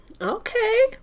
okay